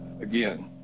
again